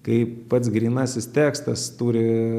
kai pats grynasis tekstas turi